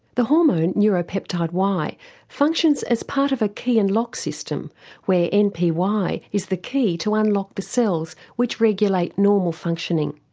the hormone neuropeptide y functions as part of a key and lock system where npy is the key to unlock the cells which regulate normal functioning.